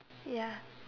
ya